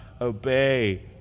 obey